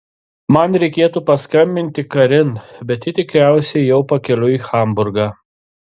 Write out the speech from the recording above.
man reikėtų paskambinti karin bet ji tikriausiai jau pakeliui į hamburgą